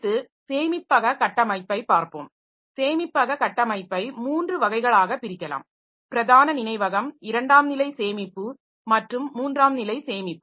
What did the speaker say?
அடுத்து சேமிப்பக கட்டமைப்பைப் பார்ப்போம் சேமிப்பக கட்டமைப்பை மூன்று வகைகளாகப் பிரிக்கலாம் பிரதான நினைவகம் இரண்டாம் நிலை சேமிப்பு மற்றும் மூன்றாம் நிலை சேமிப்பு